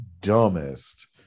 dumbest